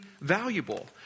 valuable